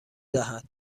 دهد